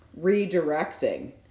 redirecting